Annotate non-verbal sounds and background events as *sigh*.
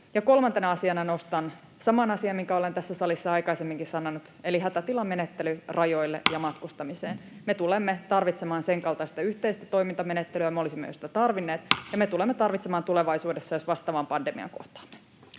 kolmantena asiana nostan saman asian, minkä olen tässä salissa aikaisemminkin sanonut, eli hätätilamenettelyn rajoille ja matkustamiseen. *noise* Me tulemme tarvitsemaan sen kaltaista yhteistä toimintamenettelyä, ja me olisimme sitä jo tarvinneet *noise* ja me tulemme tarvitsemaan sitä tulevaisuudessa, jos vastaavan pandemian kohtaamme.